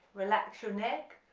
relax your neck.